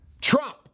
Trump